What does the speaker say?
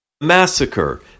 massacre